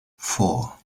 four